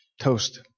toast